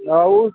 हँ ओ